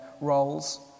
roles